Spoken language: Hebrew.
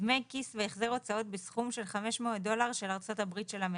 דמי כיס והחזר הוצאות בסכום של 500 דולר של ארצות הברית של אמריקה.